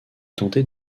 tenter